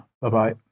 Bye-bye